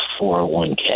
401k